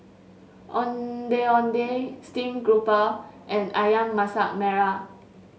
Ondeh Ondeh Steam Garoupa and ayam Masak Merah